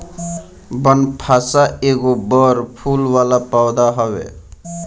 बनफशा एगो बड़ फूल वाला पौधा हवे